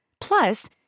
Plus